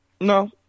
No